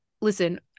listen